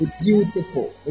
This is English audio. beautiful